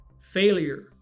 Failure